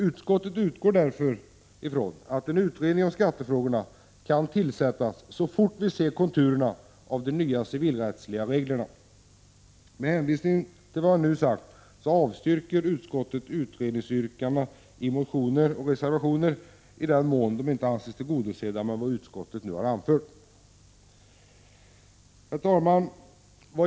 Utskottet utgår därför från att en utredning om skattefrågorna kan tillsättas så snart vi ser konturerna till de nya civilrättsliga reglerna. Med hänvisning till vad jag nu redogjort för avstyrker utskottet utredningsyrkandena i motioner och reservationer i den mån de inte kan anses tillgodosedda med vad utskottet anfört. Herr talman!